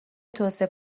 توسعه